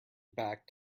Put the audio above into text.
back